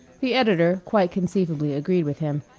the editor quite conceivably agreed with him.